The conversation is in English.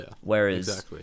whereas